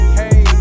hey